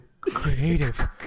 creative